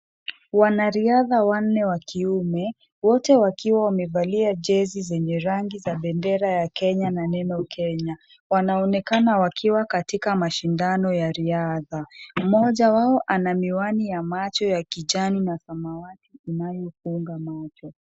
Wanariadha wanne wa kiume, wote wakiwa wamevalia jezi zenye rangi za bendera ya Kenya na neno Kenya. Wanaonekana wakiwa katika mashindano ya riadha. Mmoja wao, ana miwani ya macho ya kijani na samawati inayofunga macho.